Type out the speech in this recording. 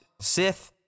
sith